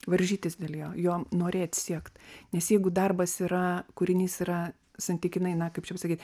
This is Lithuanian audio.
varžytis dėl jo jo norėt siekt nes jeigu darbas yra kūrinys yra santykinai na kaip sakyt